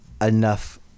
enough